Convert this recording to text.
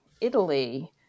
Italy